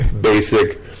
basic